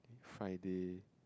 Friday